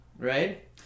Right